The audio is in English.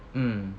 mm